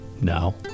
Now